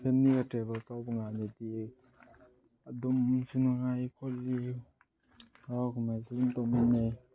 ꯐꯦꯃꯤꯂꯤꯒ ꯇ꯭ꯔꯦꯚꯦꯜ ꯇꯧꯕ ꯀꯥꯟꯗꯗꯤ ꯑꯗꯨꯝ ꯅꯨꯡꯁꯨ ꯅꯨꯡꯉꯥꯏ ꯈꯣꯠꯂꯤ ꯍꯔꯥꯎ ꯀꯨꯝꯃꯩꯁꯨ ꯑꯗꯨꯝ ꯇꯧꯃꯤꯟꯅꯩ